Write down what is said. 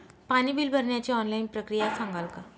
पाणी बिल भरण्याची ऑनलाईन प्रक्रिया सांगाल का?